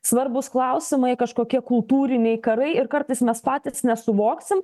svarbūs klausimai kažkokie kultūriniai karai ir kartais mes patys nesuvoksim